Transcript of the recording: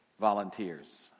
volunteers